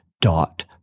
dot